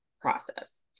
process